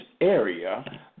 area